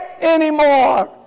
anymore